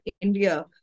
India